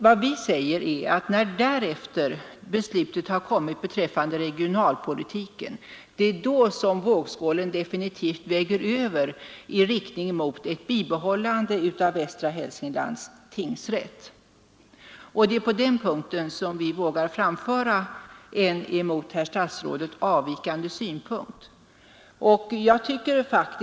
Vad vi säger är att när därefter beslutet har kommit beträffande regionalpolitiken väger vågskålen definitivt över i riktning mot ett bibehållande av Västra Hälsinglands tingsrätt. Det är på den punkten som vi vågar framföra en emot herr statsrådet avvikande synpunkt.